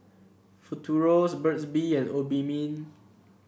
Futuro's Burt's Bee and Obimin